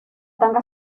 tanga